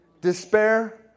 Despair